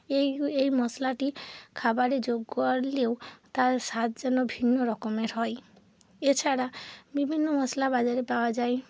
এই এই মশলাটি খাবারে যোগ করলেও তার স্বাদ যেন ভিন্ন রকমের হয় এছাড়া বিভিন্ন মশলা বাজারে পাওয়া যায়